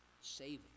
saving